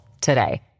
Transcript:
today